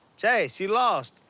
jase, you lost.